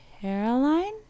Caroline